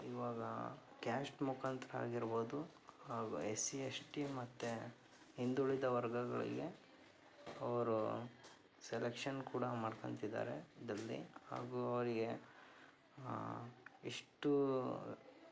ಇವಾಗ ಕ್ಯಾಸ್ಟ್ ಮುಖಾಂತರ ಆಗಿರ್ಬೋದು ಹಾಗೂ ಎಸ್ ಸಿ ಎಸ್ ಟಿ ಮತ್ತು ಹಿಂದುಳಿದ ವರ್ಗಗಳಿಗೆ ಅವರು ಸೆಲೆಕ್ಷನ್ ಕೂಡ ಮಾಡ್ಕಂತಿದ್ದಾರೆ ಇದರಲ್ಲಿ ಹಾಗೂ ಅವರಿಗೆ ಎಷ್ಟು